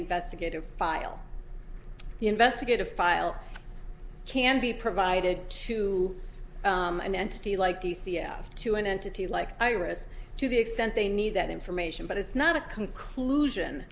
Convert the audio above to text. investigative file the investigative file can be provided to an entity like d c i have to an entity like iris to the extent they need that information but it's not a conclusion